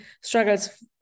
struggles